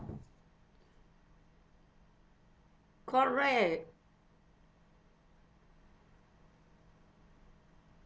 correct